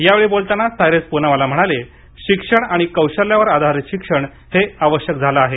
यावेळी बोलताना सायरस पुनावाला म्हणाले शिक्षण आणि कौशल्यावर आधारित शिक्षण हे आवश्यक झालं आहे